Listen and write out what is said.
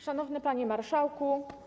Szanowny Panie Marszałku!